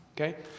Okay